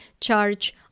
charge